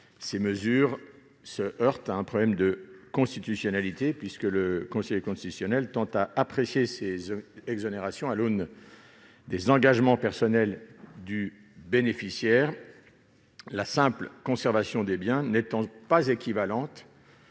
ces mesures se heurtent à un problème de constitutionnalité, puisque le Conseil constitutionnel tend à apprécier ces exonérations à l'aune des engagements personnels du bénéficiaire, la simple conservation des biens n'étant pas équivalente